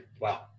wow